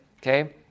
Okay